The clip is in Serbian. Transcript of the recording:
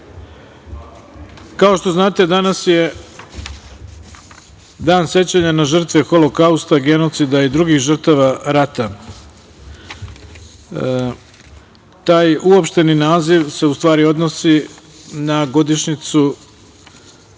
Kao što znate, danas je Dan sećanja na žrtve Holokausta, genocida i drugih žrtava rata. Taj uopšteni naziv se u stvari odnosi na godišnjicu